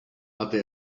hatte